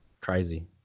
crazy